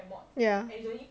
ya